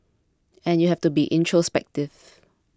and you have to be introspective